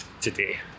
today